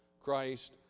Christ